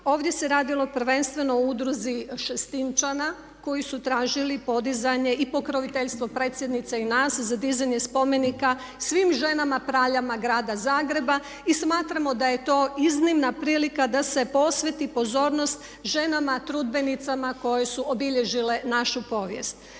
Ovdje se radilo prvenstveno o udruzi Šestinčana koji su tražili podizanje i pokroviteljstvo predsjednice i nas za dizanje spomenika svim ženama praljama grada Zagreba i smatramo da je to iznimna prilika da se posveti pozornost ženama trudbenicama koje su obilježile našu povijest.